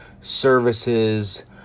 services